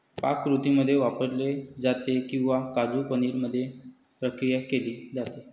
पाककृतींमध्ये वापरले जाते किंवा काजू पनीर मध्ये प्रक्रिया केली जाते